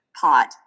pot